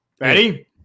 Ready